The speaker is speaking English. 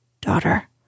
Daughter